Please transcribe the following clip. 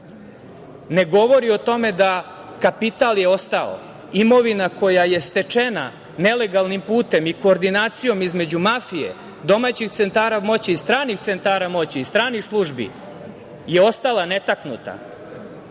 ne govori o tome da kapital da je ostao, imovina koja je stečena nelegalnim putem i koordinacijom između mafije, domaćih centara moći i stranih centara moći, stranih službi je ostala netaknuta.